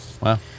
Wow